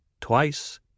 twice